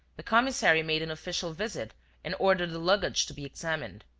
the commissary made an official visit and ordered the luggage to be examined.